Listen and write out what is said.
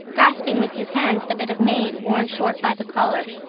grasping with his hands the bit of mane worn short by the collar